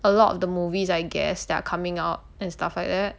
a lot of the movies I guess that are coming out and stuff like that